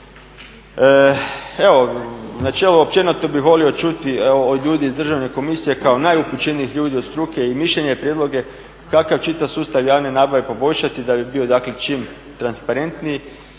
načelo, općenito bih volio čuti od ljudi iz Državne komisije kao najupućenijih ljudi od struke i mišljenje i prijedloge kako čitav sustav javne nabave poboljšati da bi bio dakle čim transparentniji,